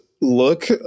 look